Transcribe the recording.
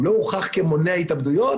הוא לא הוכח כמונע התאבדויות,